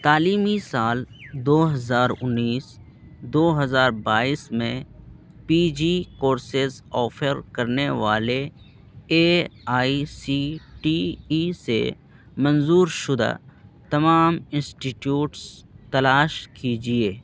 تعلیمی سال دو ہزار انیس دو ہزار بائیس میں پی جی کورسز آفر کرنے والے A I C T E سے منظور شدہ تمام انسٹیٹیوٹس تلاش کیجیے